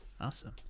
awesome